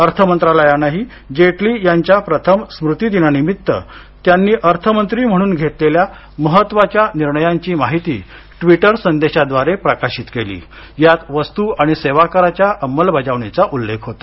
अर्थमंत्रालयानंही जेटली यांच्या प्रथम स्मृतीदिनानिमित्त त्यांनी अर्थमंत्री म्हणून घेतलेल्या महत्त्वाच्या निर्णयांची माहिती ट्विटर संदेशाद्वारे प्रकाशित केली यात वस्तू आणि सेवा कराच्या अंमलबजावणीचा उल्लेख होता